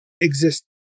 exist